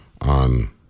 on